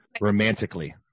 romantically